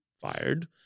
fired